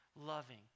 loving